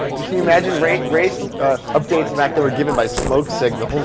you imagine? race race updates back then were given by smoke signal.